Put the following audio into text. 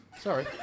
sorry